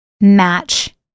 match